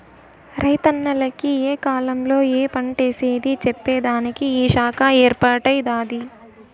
రైతన్నల కి ఏ కాలంలో ఏ పంటేసేది చెప్పేదానికి ఈ శాఖ ఏర్పాటై దాది